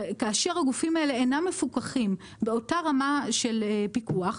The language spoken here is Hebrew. כאשר הגופים האלה אינם מפוקחים באותה רמה של פיקוח,